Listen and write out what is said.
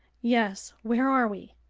yes. where are we?